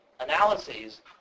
Analyses